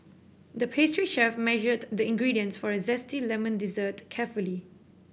the pastry chef measured the ingredients for a zesty lemon dessert carefully